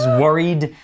worried